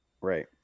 Right